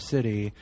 City